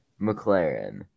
McLaren